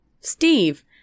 steve